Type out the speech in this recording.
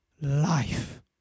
life